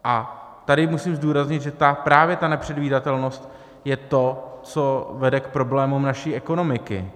A tady musím zdůraznit, že právě ta nepředvídatelnost je to, co vede k problémům naší ekonomiky.